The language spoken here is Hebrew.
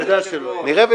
אתה יודע שלא יהיה.